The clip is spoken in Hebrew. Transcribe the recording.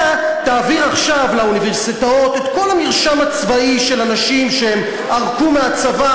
אתה תעביר עכשיו לאוניברסיטאות את כל המרשם הצבאי של אנשים שערקו מהצבא,